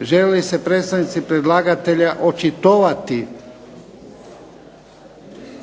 Žele li se predstavnici predlagatelja očitovati?